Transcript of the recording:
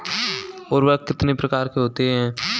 उर्वरक कितने प्रकार के होते हैं?